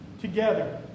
together